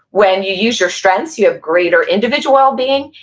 when you use your strengths, you have greater individual well being,